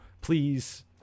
Please